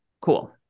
Cool